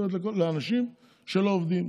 עוזרת לאנשים שלא עובדים.